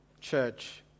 church